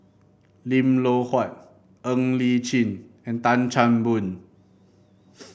Lim Loh Huat Ng Li Chin and Tan Chan Boon